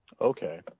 Okay